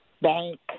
bank